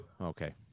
Okay